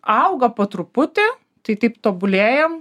auga po truputį tai taip tobulėjam